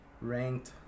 ranked